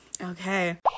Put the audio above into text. Okay